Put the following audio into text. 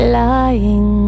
lying